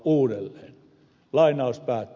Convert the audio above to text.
näin ed